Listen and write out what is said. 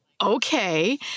okay